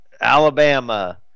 Alabama